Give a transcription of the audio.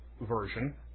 version